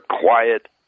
quiet